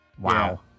Wow